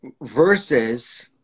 versus